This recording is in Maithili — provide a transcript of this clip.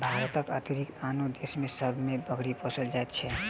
भारतक अतिरिक्त आनो देश सभ मे बकरी पोसल जाइत छै